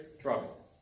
trouble